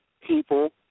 people